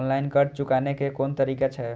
Online कर्ज चुकाने के कोन तरीका छै?